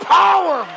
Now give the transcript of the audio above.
power